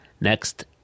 Next